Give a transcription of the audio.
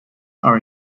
are